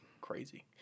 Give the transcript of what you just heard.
Crazy